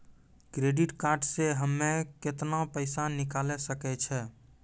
Credit card से हम्मे केतना पैसा निकाले सकै छौ?